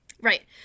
Right